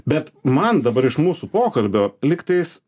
bet man dabar iš mūsų pokalbio lygtais